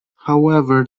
however